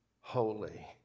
holy